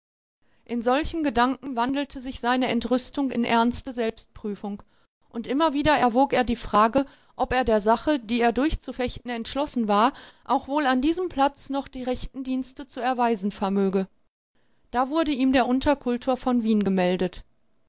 in solchen gedanken wandelte sich seine entrüstung in ernste selbstprüfung und immer wieder erwog er die frage ob er der sache die er durchzufechten entschlossen war auch wohl an diesem platz noch die rechten dienste zu erweisen vermöge da wurde ihm der unterkultor von wien gemeldet